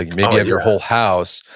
maybe of your whole house,